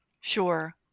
Sure